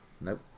Nope